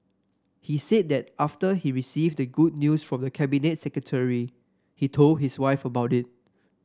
he said that after he received the good news from the Cabinet Secretary he told his wife about it